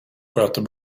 sköter